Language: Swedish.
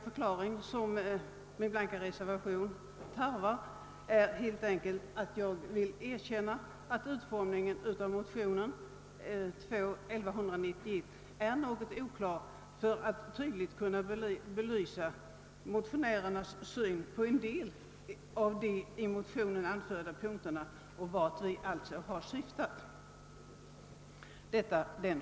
Förklaringen till min blanka reservation är helt enkelt att jag vill erkänna att utformningen av motionen II: 1191 blivit något oklar och på en del punkter inte ger någon riktig bild av motionärernas syften.